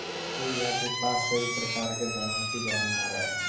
पूजा के पास सभी प्रकार के धनों की भरमार है